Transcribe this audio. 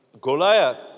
Goliath